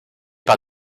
par